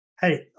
Hey